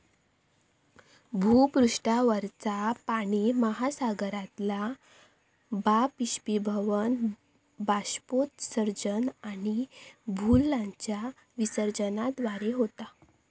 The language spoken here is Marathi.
भूपृष्ठावरचा पाणि महासागरातला बाष्पीभवन, बाष्पोत्सर्जन आणि भूजलाच्या विसर्जनाद्वारे होता